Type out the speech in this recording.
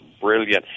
brilliant